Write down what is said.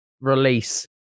Release